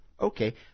Okay